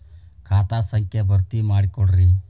ಖಾತಾ ಸಂಖ್ಯಾ ಭರ್ತಿ ಮಾಡಿಕೊಡ್ರಿ